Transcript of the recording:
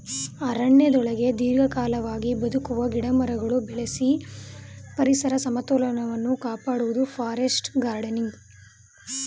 ಅರಣ್ಯದೊಳಗೆ ದೀರ್ಘಕಾಲಿಕವಾಗಿ ಬದುಕುವ ಗಿಡಮರಗಳು ಬೆಳೆಸಿ ಪರಿಸರ ಸಮತೋಲನವನ್ನು ಕಾಪಾಡುವುದು ಫಾರೆಸ್ಟ್ ಗಾರ್ಡನಿಂಗ್